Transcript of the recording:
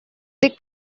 they